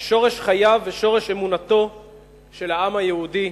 שורש חייו ושורש אמונתו של העם היהודי,